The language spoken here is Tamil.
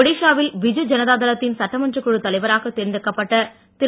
ஒடிஷாவில் பிஜு ஜனதா தளத்தின் சட்டமன்றக் குழுத் தலைவராக தேர்தெடுக்கப்பட்ட திரு